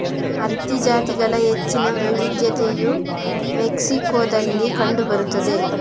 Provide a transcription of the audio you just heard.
ಹತ್ತಿ ಜಾತಿಗಳ ಹೆಚ್ಚಿನ ವೈವಿಧ್ಯತೆಯು ಮೆಕ್ಸಿಕೋದಲ್ಲಿ ಕಂಡು ಬರುತ್ತದೆ